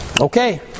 Okay